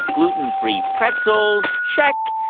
gluten-free pretzels check.